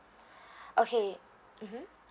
okay mmhmm